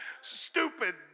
Stupid